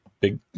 big